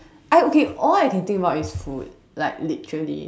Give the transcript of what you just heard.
I okay all I can think about is food like literally